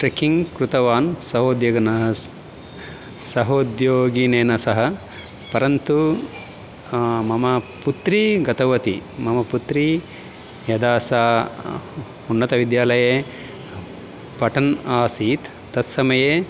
trekking कृतवान् सः उद्योगनाः सहोद्योगिनैः सह परन्तु मम पुत्री गतवती मम पुत्री यदा सा उन्नतविद्यालये पठन्ती आसीत् तत् समये